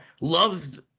loves